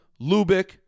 Lubick